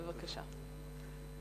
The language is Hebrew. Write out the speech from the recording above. בבקשה.